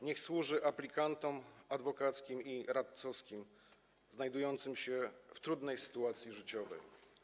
Niech służy aplikantom adwokackim i radcowskim znajdującym się w trudnej sytuacji życiowej.